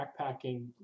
backpacking